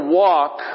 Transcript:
walk